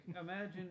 imagine